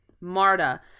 Marta